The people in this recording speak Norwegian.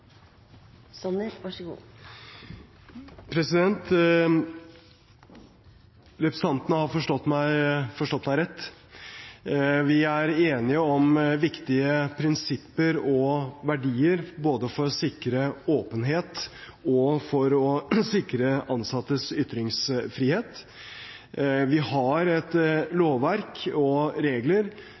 enige om viktige prinsipper og verdier både for å sikre åpenhet og for å sikre ansattes ytringsfrihet. Vi har et lovverk og regler